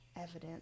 evidence